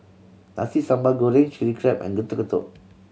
Nasi Sambal Goreng Chili Crab and Getuk Getuk